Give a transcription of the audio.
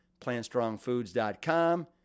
PlantStrongFoods.com